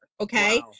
Okay